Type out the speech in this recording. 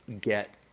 get